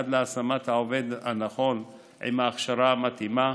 עד להשמת העובד הנכון עם ההכשרה המתאימה,